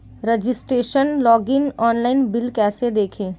Registration login online bill कैसे देखें?